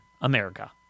America